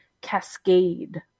cascade